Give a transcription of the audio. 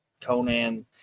Conan